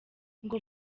ngo